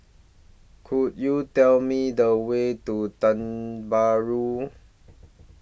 Could YOU Tell Me The Way to Tiong Bahru